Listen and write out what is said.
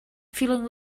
feeling